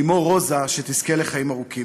ואמו, רוזה, שתזכה לחיים ארוכים.